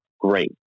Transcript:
great